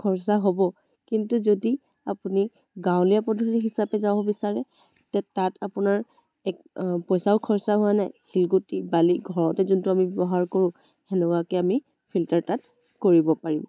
খৰচা হ'ব কিন্তু যদি আপুনি গাঁৱলীয়া পদ্ধতি হিচাপে যাব বিচাৰে তে তাত আপোনাৰ এক পইচাও খৰচা হোৱা নাই শিলগুটি বালি ঘৰতে যোনটো আমি ব্যৱহাৰ কৰোঁ সেনেকুৱাকৈ আমি ফিল্টাৰ আমি কৰিব পাৰিম